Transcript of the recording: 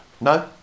No